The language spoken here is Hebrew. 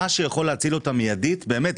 מי שיכול להציל אותם מיידית באמת,